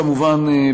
כמובן,